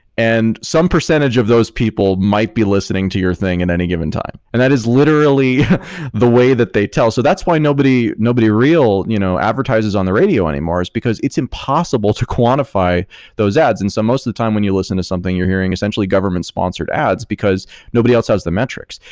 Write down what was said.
and some percentage of those people might be listening to your thing at and any given time, and that is literally the way that they tell. so that's why nobody nobody real you know advertises on the radio anymore, is because it's impossible to quantify those ads. and so most of the time when you listen to something, you're hearing essentially government-sponsored ads, because nobody else has the metrics.